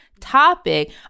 topic